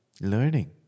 learning